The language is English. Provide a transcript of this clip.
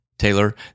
Taylor